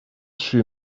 she